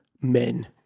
men